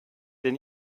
denn